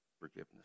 forgiveness